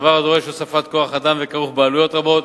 דבר הדורש הוספת כוח-אדם וכרוך בעלויות רבות.